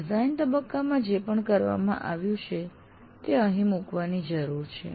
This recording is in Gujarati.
ડિઝાઇન તબક્કામાં જે પણ કરવામાં આવ્યું છે તે અહીં મૂકવાની જરૂર છે